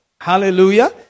Hallelujah